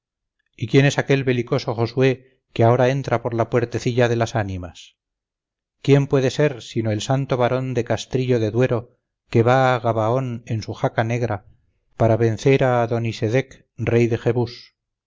y quién es aquel belicoso josué que ahora entra por la puertecilla de las ánimas quién puede ser sino el santo varón de castrillo de duero que va a gabaón en su jaca negra para vencer a adonisedec rey de jebús